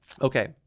Okay